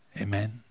Amen